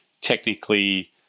technically